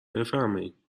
بفرمایین